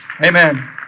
Amen